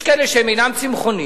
יש כאלה שהם אינם צמחונים